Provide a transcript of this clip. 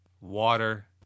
water